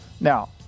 Now